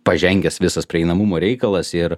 pažengęs visas prieinamumo reikalas ir